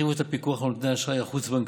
הרחיבו את הפיקוח על נותני האשראי החוץ-בנקאיים